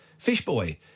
Fishboy